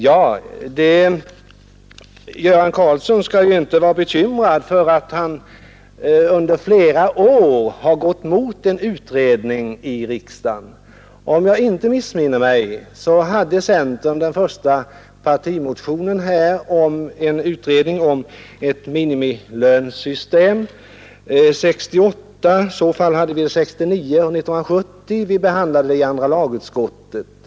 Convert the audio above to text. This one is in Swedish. Herr Göran Karlsson skall inte vara bekymrad för att han under flera år gått emot förslag om en utredning i frågan i riksdagen. Om jag inte missminner mig, hade centern den första partimotionen om en utredning om ett minimilönesystem 1968. I så fall hade vi en sådan motion också 1969 och 1970, som behandlades i andra lagutskottet.